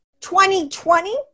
2020